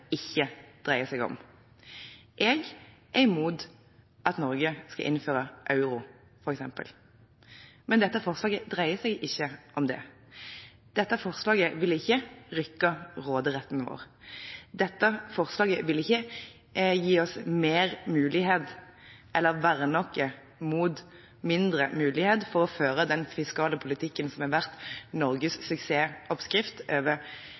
Jeg er imot at Norge skal innføre f.eks. euro. Men dette forslaget dreier seg ikke om det. Dette forslaget vil ikke rokke ved råderetten vår. Dette forslaget vil ikke gi oss mer mulighet eller verne oss mot mindre mulighet til å føre den fiskale politikken som har vært Norges suksessoppskrift over